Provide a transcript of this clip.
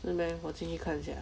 是 meh 我进去看一下